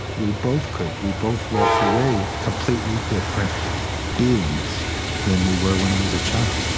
we both could. we both walked away completely different beings than we were when i was a child